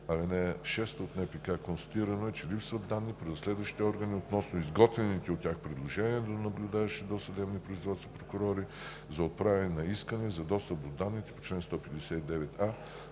ал. 6 от НПК. Констатирано е, че липсват данни при разследващите органи относно изготвените от тях предложения до наблюдаващите досъдебни производства прокурори за отправяне на искания за достъп до данните по чл. 159а,